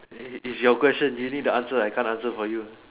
eh is your question you need to answer I can't answer for you